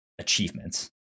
achievements